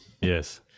Yes